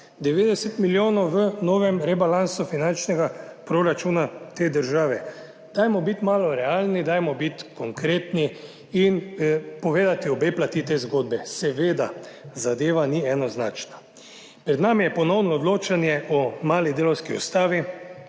90 milijonov v novem rebalansu finančnega proračuna te države. Bodimo malo realni, bodimo konkretni in povejmo obe plati te zgodbe. Seveda, zadeva ni enoznačna. Pred nami je ponovno odločanje o mali delavski ustavi,